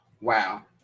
wow